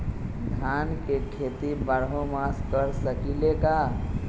धान के खेती बारहों मास कर सकीले का?